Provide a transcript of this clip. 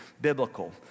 biblical